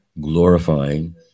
glorifying